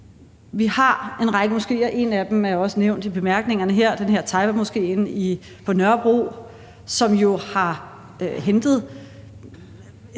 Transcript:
Vi har en række moskéer, og en af dem er også nævnt i bemærkningerne her, Taibamoskéen på Nørrebro, som jo har hentet